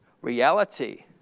reality